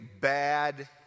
bad